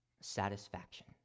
Satisfaction